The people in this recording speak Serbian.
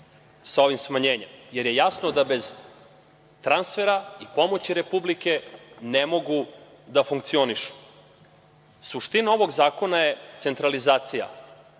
sa ovim smanjenjem, jer je jasno da bez transfera i pomoći Republike ne mogu da funkcionišu? Suština ovog zakona je centralizacija